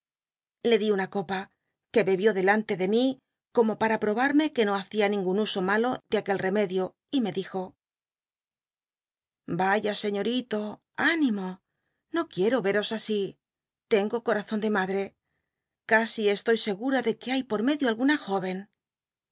le di una copa que bebió delan te de mí como pa r a probal'lne que no hacia ningun uso malo de aquel remedio y me dijo ya señorito ánimo no quicro eros asi tengo eorazon de madre catii ctiloy scgura de c uc hay por medio alguna jóven